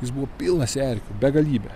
jis buvo pilnas erkių begalybė